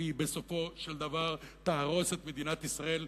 והיא בסופו של דבר תהרוס את מדינת ישראל,